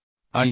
आणि Cpi